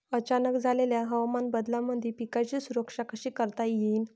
अचानक झालेल्या हवामान बदलामंदी पिकाची सुरक्षा कशी करता येईन?